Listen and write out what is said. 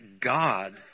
God